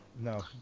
no